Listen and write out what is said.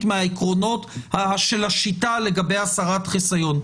מהעקרונות של השיטה לגבי הסרת חיסיון.